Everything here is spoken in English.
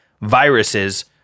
viruses